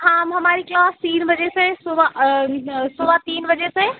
हाँ हम हमारी क्लास तीन बजे से सुबह सुबह तीन बजे से